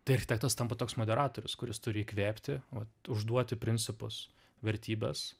tai architektas tampa toks moderatorius kuris turi įkvėpti vat užduoti principus vertybes